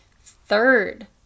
Third